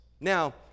Now